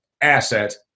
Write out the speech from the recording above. asset